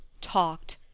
talked